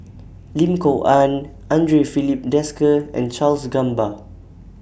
Lim Kok Ann Andre Filipe Desker and Charles Gamba